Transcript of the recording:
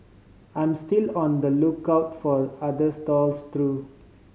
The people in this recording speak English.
I'm still on the lookout for other stalls through